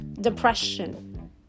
depression